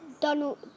Donald